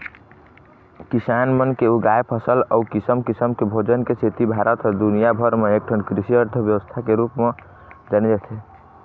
किसान मन के उगाए फसल अउ किसम किसम के भोजन के सेती भारत ह दुनिया भर म एकठन कृषि अर्थबेवस्था के रूप म जाने जाथे